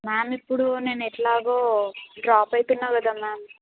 ma'am ఇప్పుడు నేను ఎట్లాగు డ్రాప్ అవుతున్నాను కదా మ్యామ్